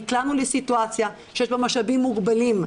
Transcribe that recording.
נקלענו לסיטואציה שיש בה משאבים מוגבלים,